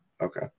Okay